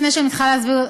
לפני שאני מתחילה להסביר,